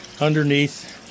underneath